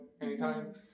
anytime